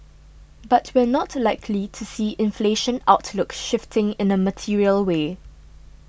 but we're not likely to see inflation outlook shifting in a material way